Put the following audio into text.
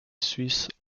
suisse